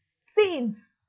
scenes